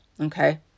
okay